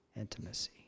intimacy